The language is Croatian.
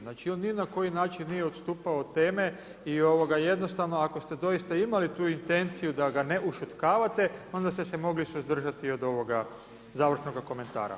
Znači, on ni na koji način nije odstupao od teme i jednostavno, ako ste doista imali tu intenciju da ga ne ušutkavate onda ste se mogli suzdržati od ovoga završnoga komentara.